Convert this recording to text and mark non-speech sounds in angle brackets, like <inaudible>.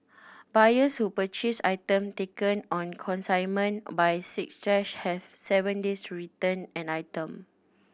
buyers who purchase item taken on consignment by six <unintelligible> have seven days to return and item